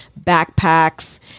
backpacks